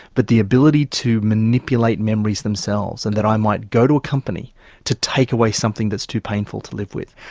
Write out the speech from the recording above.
but the ability to manipulate memories themselves, and that i might go to a company to take away something that's too painful to live with.